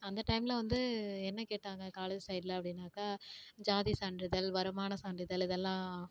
அந்த டைமில் வந்து என்ன கேட்டாங்க காலேஜ் சைடில் அப்படின்னாக்கா ஜாதி சான்றிதழ் வருமான சான்றிதழ் இதெல்லாம்